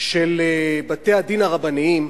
של בתי-הדין הרבניים,